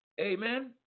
Amen